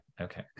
okay